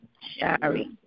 Shari